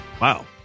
Wow